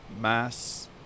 mass